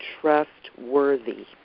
trustworthy